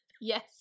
Yes